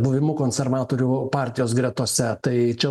buvimu konservatorių partijos gretose tai čia